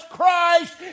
Christ